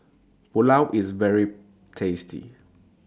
Pulao IS very tasty